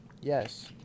yes